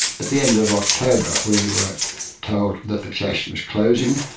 but the end of october we were told that the glacier was closing,